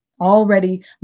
already